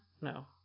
No